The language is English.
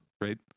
right